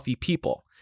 people